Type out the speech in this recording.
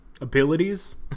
Abilities